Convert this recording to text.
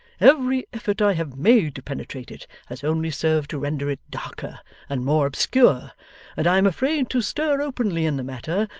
every effort i have made to penetrate it, has only served to render it darker and more obscure and i am afraid to stir openly in the matter,